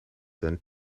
than